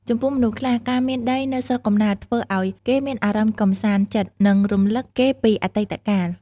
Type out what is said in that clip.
ចំពោះមនុស្សខ្លះ ការមានដីនៅស្រុកកំណើត ធ្វើឱ្យគេមានអារម្មណ៍កម្សាន្តចិត្ត និងរំឭកគេពីអតីកាល។